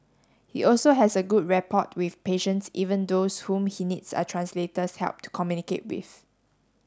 he also has a good rapport with patients even those whom he needs a translator's help to communicate with